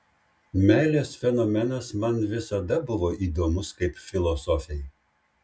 meilės fenomenas man visada buvo įdomus kaip filosofei